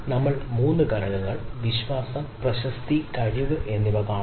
നമ്മൾ 3 ഘടകങ്ങൾ വിശ്വാസം പ്രശസ്തി കഴിവ് എന്നിവ കാണുന്നു